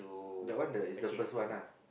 the one the is the first one ah